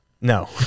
No